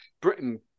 Britain